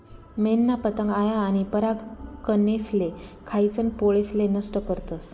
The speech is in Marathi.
मेनना पतंग आया आनी परागकनेसले खायीसन पोळेसले नष्ट करतस